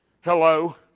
Hello